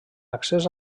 accés